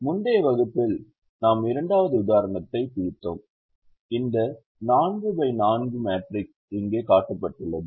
முந்தைய வகுப்பில் நாம் இரண்டாவது உதாரணத்தை தீர்த்தோம் இந்த அணி இங்கே காட்டப்பட்டுள்ளது